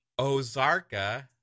Ozarka